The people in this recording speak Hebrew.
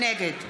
נגד